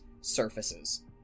surfaces